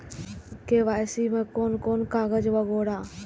KYC में कोन कोन कागज वगैरा?